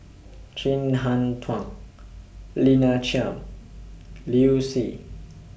Chin Harn Tong Lina Chiam Liu Si